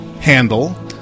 handle—